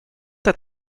that